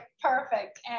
Perfect